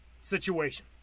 situation